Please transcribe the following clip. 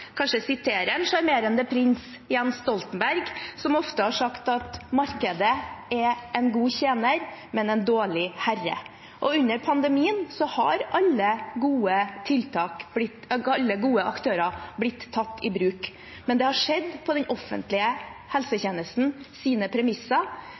kanskje sitere en sjarmerende prins, Jens Stoltenberg, som ofte har sagt at «markedet er en god tjener, men en dårlig herre». Under pandemien har alle gode aktører blitt tatt i bruk, men det har skjedd på den offentlige